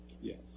Yes